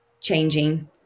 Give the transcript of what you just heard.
changing